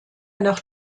nach